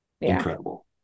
incredible